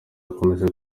akomeze